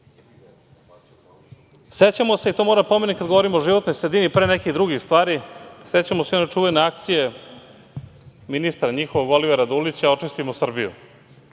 dileme.Sećamo se, i to moram da pomenem kad govorim o životnoj sredini, pre nekih drugih stvari, sećamo se i one čuvene akcije ministra njihovog Olivera Dulića „Očistimo Srbiju“.